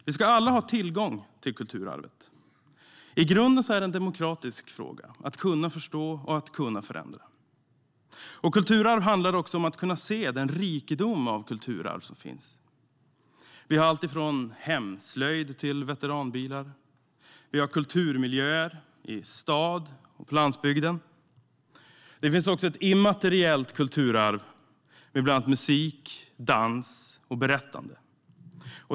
Vi ska alla ha tillgång till kulturarvet. I grunden är det en demokratisk fråga - att kunna förstå och förändra. Kulturarv handlar också om att kunna se den rikedom av kulturarv som finns. Vi har alltifrån hemslöjd till veteranbilar. Vi har kulturmiljöer, i stad och på land. Det finns också ett immateriellt kulturarv med bland annat musik, dans och berättande.